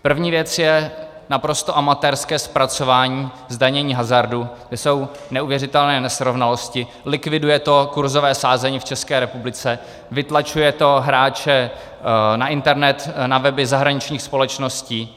První věc je naprosto amatérské zpracování zdanění hazardu, kde jsou neuvěřitelné nesrovnalosti, likviduje to kurzové sázení v České republice, vytlačuje toho hráče na internet, na weby zahraničních společností.